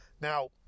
Now